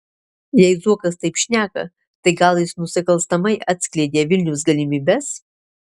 jei zuokas taip šneka tai gal jis nusikalstamai atskleidė vilniaus galimybes